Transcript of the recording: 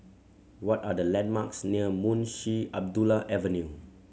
what are the landmarks near Munshi Abdullah Avenue